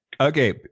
Okay